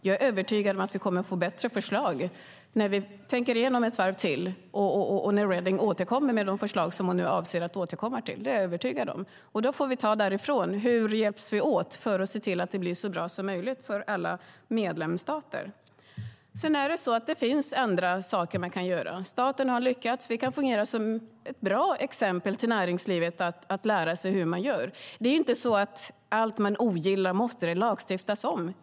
Jag är övertygad om att vi kommer att få bättre förslag när vi tänker igenom detta ett varv till och när Reding återkommer med de förslag som hon nu avser att återkomma med. Då får vi ta det hela därifrån: Hur hjälps vi åt för att se till att det blir så bra som möjligt för alla medlemsstater? Det finns andra saker man kan göra. Staten har lyckats. Vi kan fungera som ett bra exempel till näringslivet när det gäller att lära sig hur man gör. Det måste inte lagstiftas om allt man ogillar.